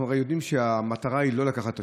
אנחנו הרי יודעים שהמטרה היא לא לקחת תשלום,